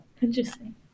Interesting